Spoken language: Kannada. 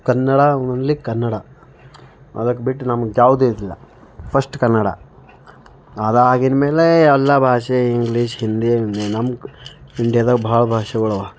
ಕನ್ನಡ ಓನ್ಲಿ ಕನ್ನಡ ಅದಕ್ಕೆ ಬಿಟ್ಟು ನಮ್ಗೆ ಯಾವುದೂ ಇಲ್ಲ ಫಸ್ಟ್ ಕನ್ನಡ ಅದಾಗಿದ್ಮೇಲೆ ಎಲ್ಲ ಭಾಷೆ ಇಂಗ್ಲೀಷ್ ಹಿಂದಿ ನಮ್ಮ ಇಂಡಿಯಾದಾಗ ಬಹಳ ಭಾಷೆಗಳು ಅವ